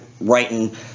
writing